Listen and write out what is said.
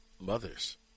mothers